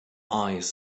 eyes